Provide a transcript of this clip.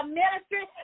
ministry